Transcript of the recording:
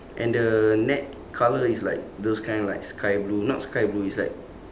and the net colour is like those kind like sky blue not sky blue it's like